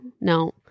No